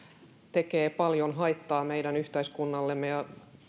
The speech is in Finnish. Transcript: tekee paljon haittaa meidän yhteiskunnallemme ja